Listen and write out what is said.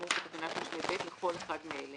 כאמור בדבר העברת מידעבתקנת משנה (ב) לכל אחד מאלה: